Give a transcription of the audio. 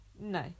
No